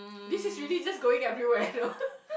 this is really just going everywhere you know